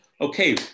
Okay